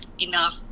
enough